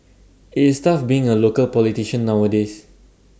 IT is tough being A local politician nowadays